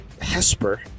Hesper